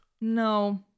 No